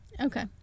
Okay